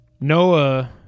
Noah